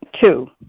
Two